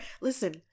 listen